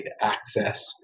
access